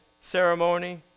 ceremony